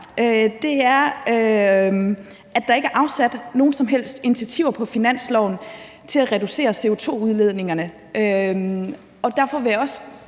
mig, er, at der ikke er afsat nogen som helst midler på finansloven til at reducere CO2-udledningerne. Derfor vil jeg også